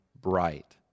bright